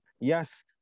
Yes